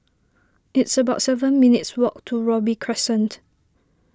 it's about seven minutes' walk to Robey Crescent